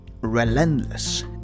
relentless